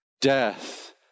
death